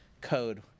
code